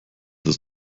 ist